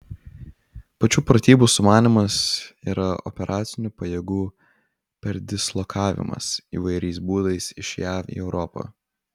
pačių pratybų sumanymas yra operacinių pajėgų perdislokavimas įvairiais būdais iš jav į europą